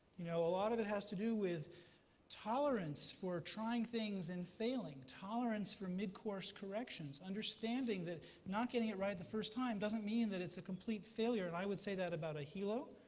you know a lot of it has to do with tolerance for trying things and failing, tolerance for mid-course corrections, understanding that not getting it right the first time doesn't mean that it's a complete failure. i would say that about aohelo.